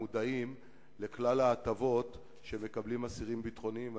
מודעים לכלל ההטבות שמקבלים אסירים ביטחוניים.